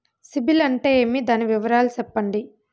సిబిల్ అంటే ఏమి? దాని వివరాలు సెప్పండి?